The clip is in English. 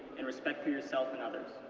and respect for yourself and others.